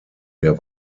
der